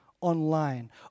online